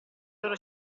loro